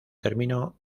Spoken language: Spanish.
terminó